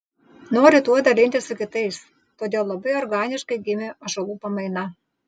noriu tuo dalintis su kitais todėl labai organiškai gimė ąžuolų pamaina